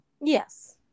Yes